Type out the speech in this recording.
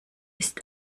ist